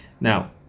Now